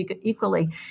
equally